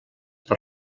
per